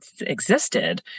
existed